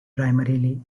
primarily